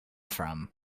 from